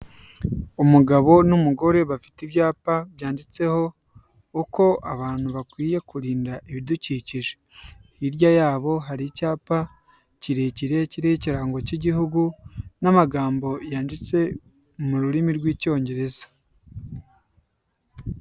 Umugabo n'umugore bafite ibyapa byanditseho uko abantu bakwiye kurinda ibidukikije. Hirya yabo hari icyapa kirekire kiriho ikirango cy'igihugu n'amagambo yanditse mu rurimi rw'icyongereza.